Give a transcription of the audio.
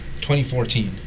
2014